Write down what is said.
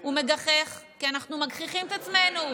הוא מגחך, כי אנחנו מגחיכים את עצמנו.